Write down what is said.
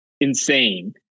insane